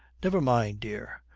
never mind, dear,